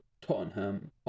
Tottenham